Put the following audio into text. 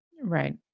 Right